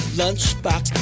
lunchbox